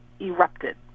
erupted